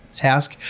task,